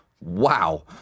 Wow